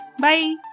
Bye